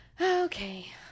Okay